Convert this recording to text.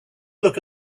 look